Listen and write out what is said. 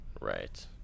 right